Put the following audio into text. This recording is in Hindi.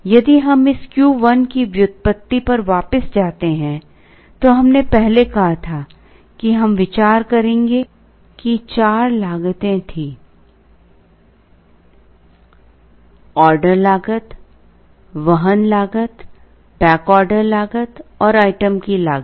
यदि हम इस Q1 की व्युत्पत्ति पर वापस जाते हैं तो हमने पहले कहा था कि हम विचार करेंगे कि 4 लागतें थीं ऑर्डर लागत वहन लागत बैक ऑर्डर लागत और आइटम की लागत